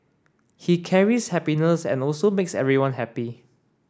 he carries happiness and also makes everyone happy